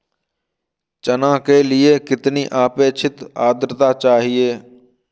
चना के लिए कितनी आपेक्षिक आद्रता चाहिए?